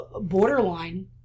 borderline